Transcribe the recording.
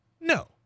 No